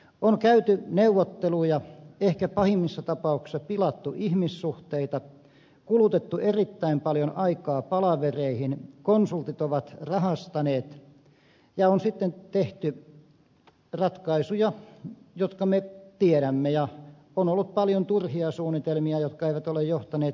on käyty neuvotteluja ehkä pahimmissa tapauksissa pilattu ihmissuhteita kulutettu erittäin paljon aikaa palavereihin konsultit ovat rahastaneet ja on sitten tehty ratkaisuja jotka me tiedämme ja on ollut paljon turhia suunnitelmia jotka eivät ole johtaneet mihinkään